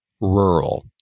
rural